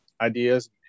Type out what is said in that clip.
ideas